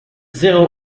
zéro